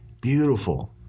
beautiful